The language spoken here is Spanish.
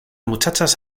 muchachas